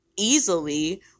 easily